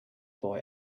boy